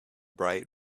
bright